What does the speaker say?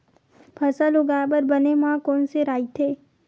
फसल उगाये बर बने माह कोन से राइथे?